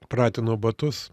pratinau batus